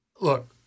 Look